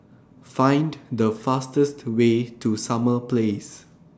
Find The fastest Way to Summer Place